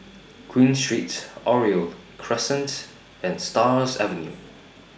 Queen Street Oriole Crescent and Stars Avenue